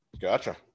Gotcha